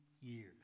years